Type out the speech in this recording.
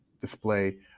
display